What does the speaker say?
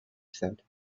said